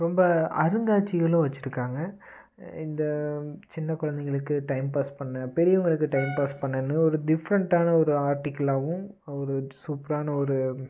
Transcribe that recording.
ரொம்ப அருங்காட்சிகளும் வச்சுருக்காங்க இந்த சின்ன குழந்தைகளுக்கு டைம் பாஸ் பண்ண பெரியவங்களுக்கு டைம் பாஸ் பண்ணணுன்னு ஒரு டிஃப்ரெண்ட்டான ஒரு ஆர்ட்டிக்கலாவும் ஒரு சூப்பரான ஒரு